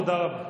תודה רבה.